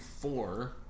four